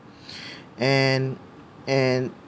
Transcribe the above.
and and